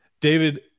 david